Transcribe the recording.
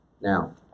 Now